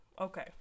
okay